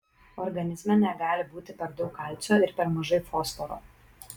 organizme negali būti per daug kalcio ir per mažai fosforo